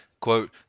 quote